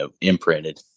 imprinted